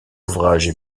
ouvrages